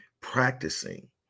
practicing